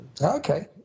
Okay